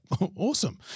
Awesome